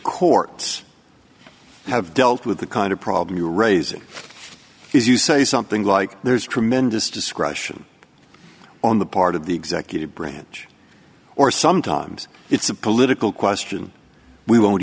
courts have dealt with the kind of problem you're raising is you say something like there's tremendous discretion on the part of the executive branch or sometimes it's a political question we won't